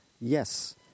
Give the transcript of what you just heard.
yes